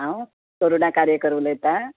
हांव करुणा कारेकर उलयतां